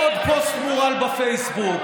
עוד פוסט מורעל בפייסבוק,